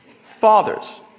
Fathers